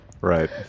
Right